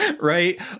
Right